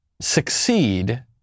succeed